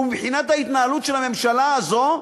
ומבחינת ההתנהלות של הממשלה הזאת,